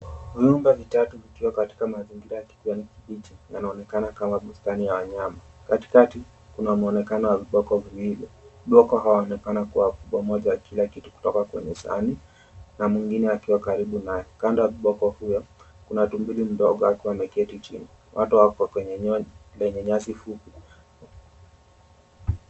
Vyumba vitatu vikiwa katika mazingira ya kijani kibichi yanaonekana kama bustani ya wanyama. Katikati kuna mwonekano wa viboko wawili. Viboko hao wanaonekana wakiwa wakumbwa, mmoja akila kitu kwenye sahani na mwingine akiwa karibu naye. Kando ya kiboko huyo kuna tumbiri mdogo akiwa ameketi chini, wote wakiwa kweye nyasi fupi.